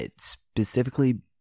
specifically